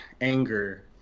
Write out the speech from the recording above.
anger